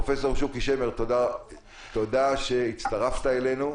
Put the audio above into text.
פרופסור שוקי שמר, תודה שהצטרפת אלינו.